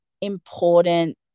important